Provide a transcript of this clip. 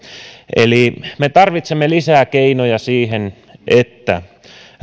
eli me tarvitsemme lisää keinoja siihen että